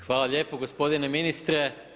Hvala lijepo gospodine ministre.